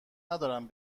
ندارم